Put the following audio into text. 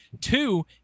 Two